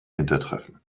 hintertreffen